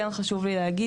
כן חשוב לי להגיד,